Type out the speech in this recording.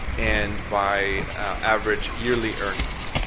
and by average yearly earnings.